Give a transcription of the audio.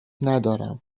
ندارم